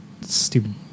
stupid